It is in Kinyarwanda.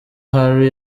harry